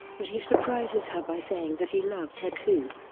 but he surprises her by saying that he loves her too.